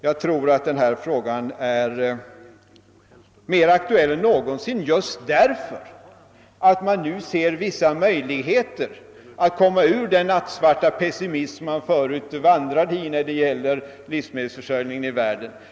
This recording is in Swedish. Jag tror emellertid att denna fråga är mer aktuell än någonsin just därför att man nu ser vissa möjligheter att komma ur den nattsvarta pessimism man förut vandrade i när det gäller livsmedelsförsörjningen i världen.